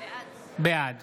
בעד